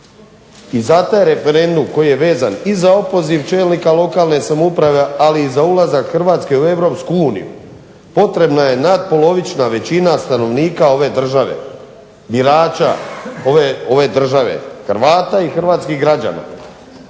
I za taj referendum koji je vezan i za opoziv čelnika lokalne samouprave, ali i za ulazak Hrvatske u EU potrebna je natpolovična većina stanovnika ove države, birača ove države, Hrvata i hrvatskih građana.